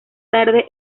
tarde